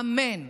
אמן.